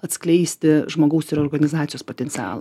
atskleisti žmogaus ir organizacijos potencial